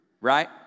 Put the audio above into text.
right